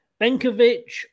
Benkovic